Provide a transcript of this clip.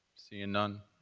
seeing none,